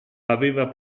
aveva